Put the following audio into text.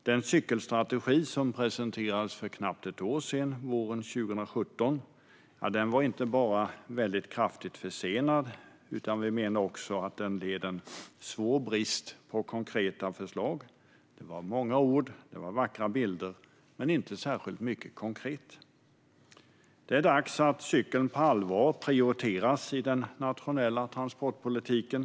Den cykelstrategi som presenterades för knappt ett år sedan, våren 2017, var inte bara väldigt kraftigt försenad, utan vi menar att den även led svår brist på konkreta förslag. Det var många ord och vackra bilder, men det var inte särskilt mycket konkret. Det är dags att cykeln på allvar prioriteras i den nationella transportpolitiken.